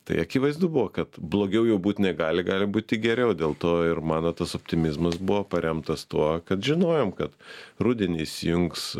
tai akivaizdu buvo kad blogiau jau būt negali gali būt tik geriau dėl to ir mano tas optimizmas buvo paremtas tuo kad žinojom kad rudenį įsijungs